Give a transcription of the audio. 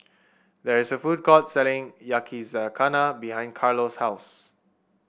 there is a food court selling Yakizakana behind Carlo's house